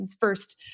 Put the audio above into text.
First